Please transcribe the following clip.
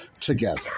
together